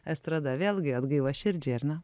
estrada vėlgi atgaiva širdžiai ar ne